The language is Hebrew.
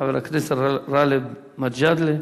חבר הכנסת גאלב מג'אדלה,